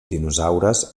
dinosaures